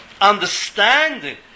understanding